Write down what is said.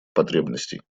потребностей